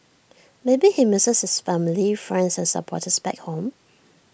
maybe he misses his family friends and supporters back home